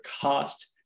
cost